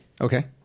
Okay